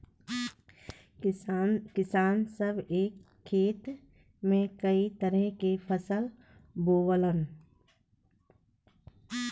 किसान सभ एक खेत में कई तरह के फसल बोवलन